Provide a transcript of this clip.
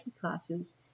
classes